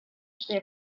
their